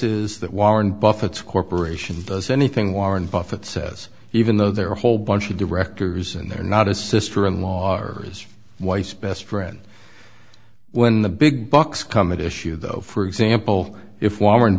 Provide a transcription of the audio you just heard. is that warren buffett's corporation does anything warren buffett says even though there are a whole bunch of directors and they're not a sister in law or his wife's best friend when the big bucks come and issue though for example if warren